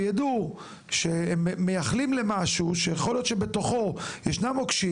שידעו שהם מייחלים למשהו שיכול להיות שבתוכו יש מוקשים